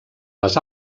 les